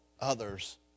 others